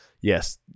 yes